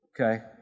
Okay